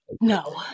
No